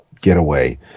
getaway